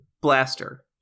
Blaster